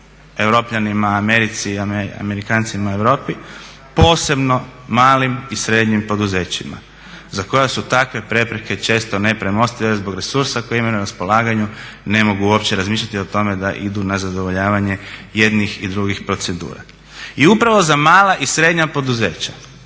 europljanima, Americi i Amerikancima u Europi, posebno malim i srednjim poduzećima za koja su takve prepreke često nepremostive zbog resursa koje imaju na raspolaganju ne mogu uopće razmišljati o tome da idu na zadovoljavanje jednih i drugih procedura. I upravo za mala i srednja poduzeća